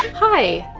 hi!